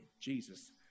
Jesus